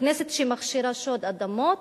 הכנסת שמכשירה שוד אדמות,